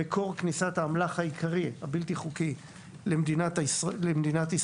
מקור כניסת האמל"ח הבלתי חוקי העיקרי למדינת ישראל.